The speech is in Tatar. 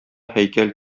һәйкәл